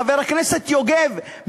חבר הכנסת יוגב,